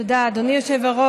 תודה רבה.